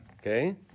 Okay